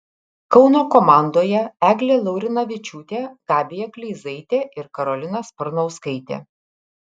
kauno komandoje eglė laurinavičiūtė gabija kleizaitė ir karolina sparnauskaitė